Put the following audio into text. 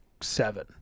seven